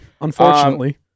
Unfortunately